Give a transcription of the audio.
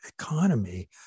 economy